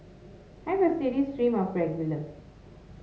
I have a steady stream of regulars